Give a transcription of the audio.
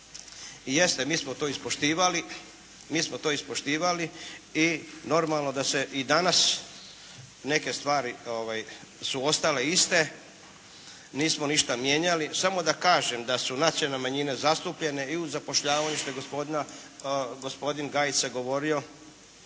I jeste, mi smo to ispoštivali i normalno da se i danas neke stvari su ostale iste, nismo ništa mijenjali. Samo da kažem da su nacionalne manjine zastupljene i u zapošljavanju što je gospodin Gajica govorio